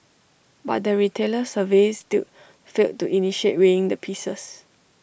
but the retailers surveyed still failed to initiate weighing the pieces